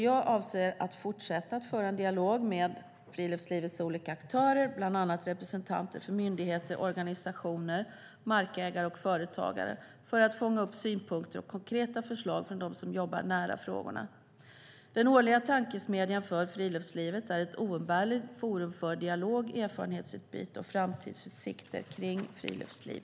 Jag avser att fortsätta att föra en dialog med friluftslivets olika aktörer, bland annat representanter för myndigheter, organisationer, markägare och företagare, för att fånga upp synpunkter och konkreta förslag från dem som jobbar nära frågorna. Den årliga tankesmedjan för friluftslivet är ett oumbärligt forum för dialog, erfarenhetsutbyte och framtidsutsikter kring friluftsliv.